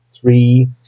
three